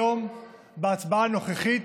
היום, בהצבעה הנוכחית,